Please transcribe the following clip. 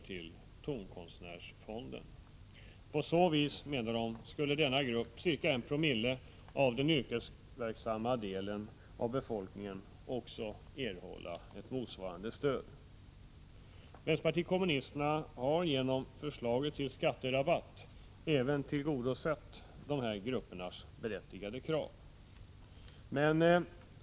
till tonkonstnärsfonden. På så vis, menar de, skulle denna grupp, ca 1 Joo av den yrkesverksamma delen av befolkningen, erhålla ett motsvarande stöd. Vänsterpartiet kommunisterna har genom förslaget till skatterabatt tillgodosett även dessa gruppers berättigade krav.